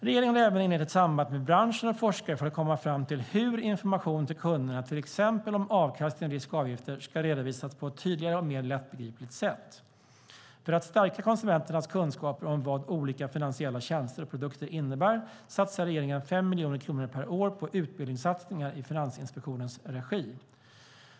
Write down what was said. Regeringen har även inlett ett samarbete med branschen och forskare för att komma fram till hur information till kunderna, till exempel om avkastning, risk och avgifter, ska redovisas på ett tydligare och mer lättbegripligt sätt. För att stärka konsumenternas kunskaper om vad olika finansiella tjänster och produkter innebär satsar regeringen 5 miljoner kronor per år på utbildningssatsningar i Finansinspektionens regi.